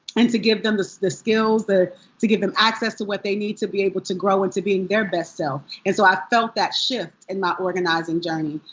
and to give them the so the skills, to give them access to what they need to be able to grow into being their best self. and so i've felt that shift in my organizing journey,